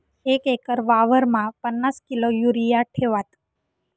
एक एकर वावरमा पन्नास किलो युरिया ठेवात